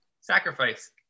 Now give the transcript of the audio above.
sacrifice